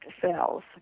cells